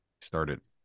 started